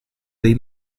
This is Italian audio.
dei